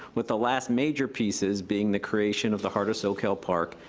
with the last major pieces being the creation of the heart of soquel park,